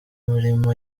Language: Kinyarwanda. mirimo